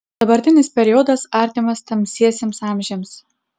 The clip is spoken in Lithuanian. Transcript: dabartinis periodas artimas tamsiesiems amžiams